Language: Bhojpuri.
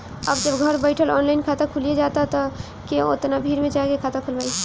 अब जब घरे बइठल ऑनलाइन खाता खुलिये जाता त के ओतना भीड़ में जाके खाता खोलवाइ